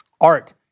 art